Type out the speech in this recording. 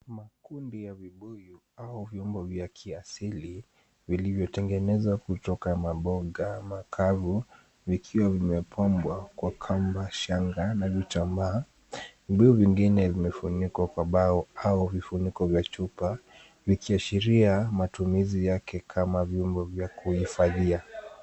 Makundi ya vibuyu au vyombo vya kiasili vilivyotengenezwa kutoka maboga makavu vikiwa vimepambwa kwa kamba, shanga na vitambaa. Vibuyu vingine vimefunikwa kwa bao au vifuniko kwa chupa vikiashiria matumizi yake kama vyombo vya kuhifadhia.